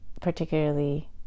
particularly